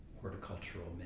horticultural